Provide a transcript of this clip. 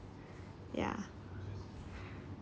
ya